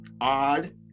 odd